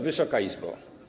Wysoka Izbo!